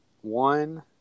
One